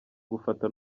gufata